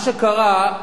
מה שקרה,